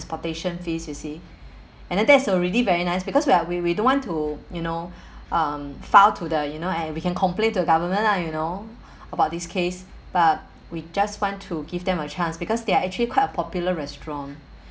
transportation fees you see and then that's already very nice because we are we we don't want to you know um file to the you know and we can complain to government lah you know about this case but we just want to give them a chance because they are actually quite a popular restaurant